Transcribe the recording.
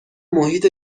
محیط